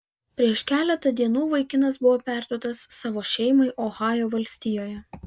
prieš keletą dienų vaikinas buvo perduotas savo šeimai ohajo valstijoje